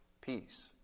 peace